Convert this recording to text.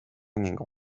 ning